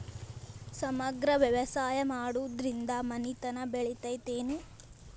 ಸಮಗ್ರ ವ್ಯವಸಾಯ ಮಾಡುದ್ರಿಂದ ಮನಿತನ ಬೇಳಿತೈತೇನು?